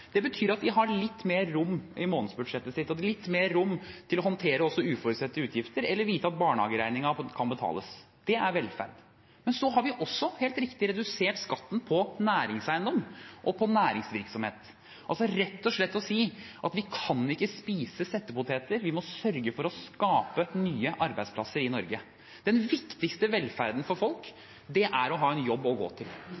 Det betyr at de har litt mer rom i månedsbudsjettet sitt, litt mer rom til å håndtere også uforutsette utgifter eller vite at barnehageregningen kan betales. Det er velferd. Men så har vi også – helt riktig – redusert skatten på næringseiendom og næringsvirksomhet, vi kan rett og slett si at vi kan ikke spise settepoteter, vi må sørge for å skape nye arbeidsplasser i Norge. Den viktigste velferden for folk er å ha en jobb å gå til. Det